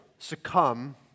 succumb